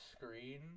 screen